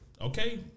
okay